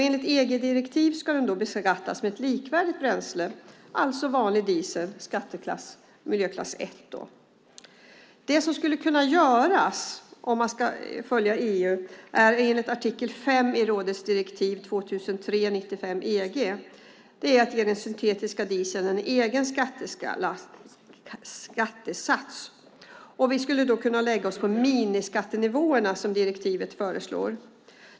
Enligt ett EG-direktiv ska den beskattas som likvärdigt bränsle, alltså som vanlig diesel, mk 1. Om EU och artikel 5 i rådets direktiv 2003 EG ska följas här skulle syntetisk diesel kunna ges en egen skattesats. Vi skulle då kunna lägga oss på de miniskattenivåer som föreslås i direktivet.